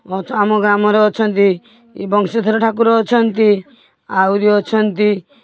ମଧ୍ୟ ଆମ ଗ୍ରାମରେ ଅଛନ୍ତି ବଂଶୀଧର ଠାକୁର ଅଛନ୍ତି ଆହୁରି ଅଛନ୍ତି